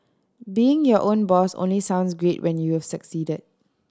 being your own boss only sounds great when you've succeeded